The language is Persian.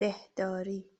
دهداری